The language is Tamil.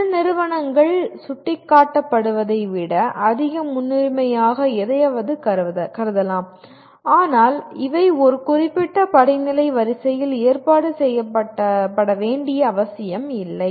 சில நிறுவனங்கள் சுட்டிக்காட்டப்பட்டதை விட அதிக முன்னுரிமையாக எதையாவது கருதலாம் ஆனால் இவை ஒரு குறிப்பிட்ட படிநிலை வரிசையில் ஏற்பாடு செய்யப்பட வேண்டிய அவசியமில்லை